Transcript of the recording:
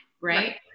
right